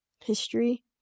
history